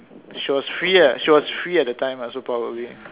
she was free ah she was free at that time lah so probably lah